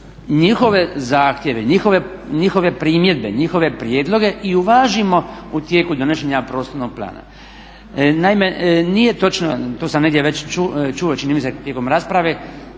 njihove zahtjeve, njihove primjedbe, njihove prijedloge i uvažimo u tijeku donošenje prostornog plana. Naime, nije točno, to sam negdje već čuo čini mi se tijekom rasprave,